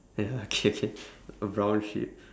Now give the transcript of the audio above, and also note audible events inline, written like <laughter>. ya K K <breath> a brown sheep